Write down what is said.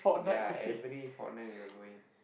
ya every fortnight we were going